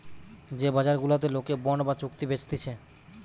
যে বাজার গুলাতে লোকে বন্ড বা চুক্তি বেচতিছে